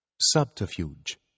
Subterfuge